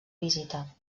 visita